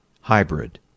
hybrid